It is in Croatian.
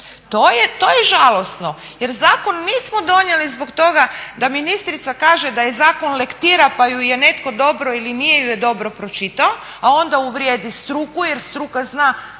To je žalosno. Jer zakon nismo donijeli zbog toga da ministrica kaže da je zakon lektira pa ju je netko dobro ili je nije dobro pročitao, a onda uvrijedi struku jer struka zna